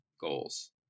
goals